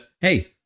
hey